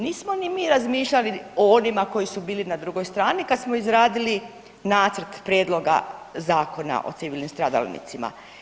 Nismo ni mi razmišljali o onima koji su bili na drugoj strani kad smo izradili nacrt prijedloga Zakona o civilnim stradalnicima.